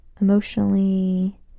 emotionally